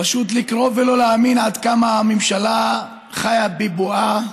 פשוט לקרוא ולא להאמין עד כמה הממשלה חיה בבועה.